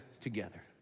together